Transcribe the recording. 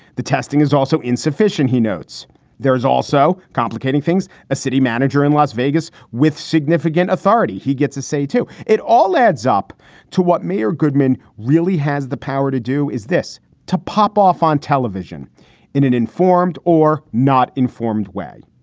the testing is also insufficient, he notes there is also complicating things a city manager in las vegas with significant authority. he gets a say, too. it all adds up to what mayor goodman really has the power to do is this to pop off on television in an informed or not informed way.